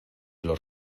los